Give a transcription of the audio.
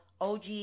OG